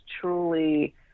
truly